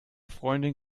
freundin